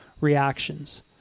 reactions